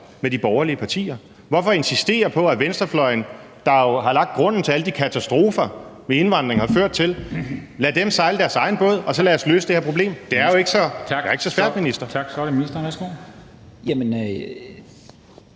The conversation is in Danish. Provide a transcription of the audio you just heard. med de borgerlige partier? Hvorfor insistere på venstrefløjen, der jo har lagt grunden til alle de katastrofer, indvandringen har ført til? Lad dem sejle deres egen sø og så lad os løse det her problem. Det er jo ikke så svært, minister.